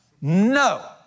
No